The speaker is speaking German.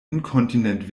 inkontinent